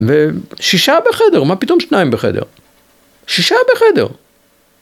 ו... שישה בחדר, מה פתאום שניים בחדר? שישה בחדר!